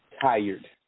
tired